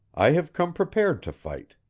i have come prepared to fight.